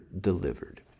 delivered